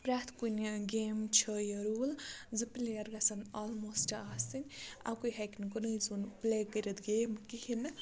پرٛٮ۪تھ کُنہِ گیم چھِ یہِ روٗل زٕ پٕلیر گَژھن آلموسٹ آسٕنۍ اَکُے ہٮ۪کہِ نہٕ کُنُے زوٚن پٕلے کٔرِتھ گیم کِہیٖنۍ نہٕ